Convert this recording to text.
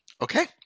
okay